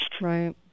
Right